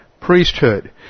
priesthood